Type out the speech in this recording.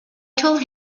told